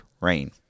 rain